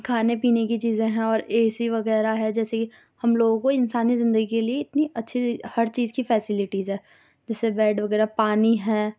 کھانے پینے کی چیزیں ہیں اور اے سی وغیرہ ہے جیسے کہ ہم لوگوں کو انسانی زندگی کے لیے اتنی اچھی جے ہر چیز کی فیسلٹیز ہے جیسے بیڈ وغیرہ پانی ہے